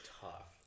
tough